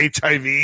HIV